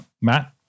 Matt